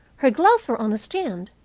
her gloves were on the stand.